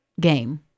game